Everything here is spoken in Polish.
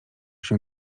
się